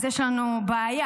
אז יש לנו בעיה,